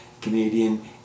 Canadian